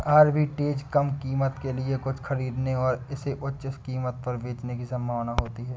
arbitrage कम कीमत के लिए कुछ खरीदने और इसे उच्च कीमत पर बेचने की संभावना होती है